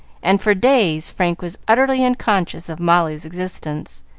and for days frank was utterly unconscious of molly's existence,